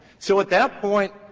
so at that point,